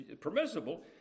permissible